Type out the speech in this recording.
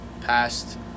past